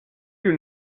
you